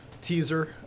teaser